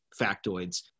factoids